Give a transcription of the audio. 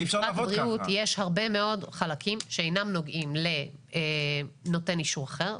במפרט בריאות יש הרבה מאוד חלקים שאינם נוגעים לנותן אישור אחר.